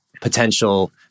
potential